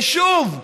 ושוב,